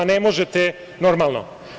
Ne možete, normalno.